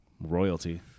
Royalty